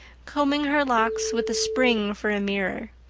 combing her locks with the spring for a mirror.